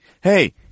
Hey